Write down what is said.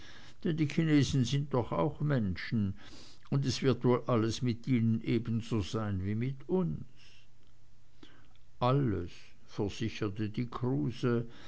die chinesen sind doch auch menschen und es wird wohl alles ebenso mit ihnen sein wie mit uns alles versicherte die kruse